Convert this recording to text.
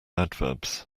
adverbs